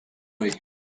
way